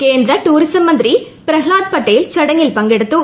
കേന്ദ്ര ടൂറിസം മന്ത്രി പ്രഹ്താദ് പട്ടേൽ ചടങ്ങിൽ പങ്കെടുത്തു